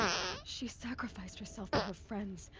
she sacrificed herself for her friends.